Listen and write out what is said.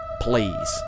Please